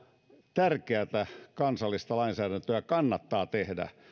tärkeätä kansallista lainsäädäntöä kannattaa tehdä